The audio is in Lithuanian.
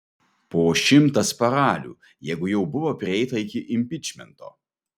po šimtas paralių jeigu jau buvo prieita iki impičmento